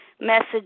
message